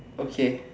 okay